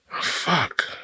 Fuck